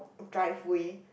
drive way